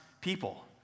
people